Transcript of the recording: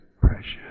precious